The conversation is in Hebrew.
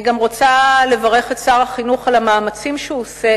אני גם רוצה לברך את שר החינוך על המאמצים שהוא עושה